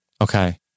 Okay